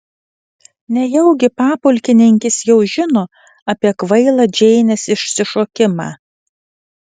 nejaugi papulkininkis jau žino apie kvailą džeinės išsišokimą